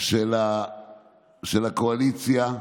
של הקואליציה,